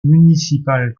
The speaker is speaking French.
municipal